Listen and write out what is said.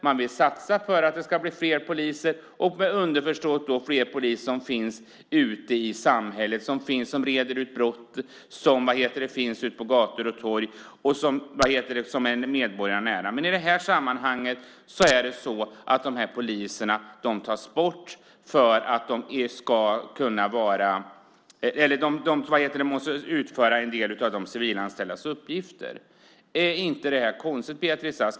Man vill satsa för att det ska bli fler poliser, underförstått att fler poliser finns ute i samhället, som utreder brott, som finns på gator och torg och som är medborgarna nära. Men i det här sammanhanget tas de här poliserna bort därför att de måste utföra en del av de civilanställdas uppgifter. Är inte det konstigt, Beatrice Ask?